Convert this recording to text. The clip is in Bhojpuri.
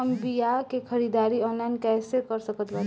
हम बीया के ख़रीदारी ऑनलाइन कैसे कर सकत बानी?